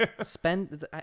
spend